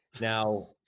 Now